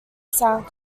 sound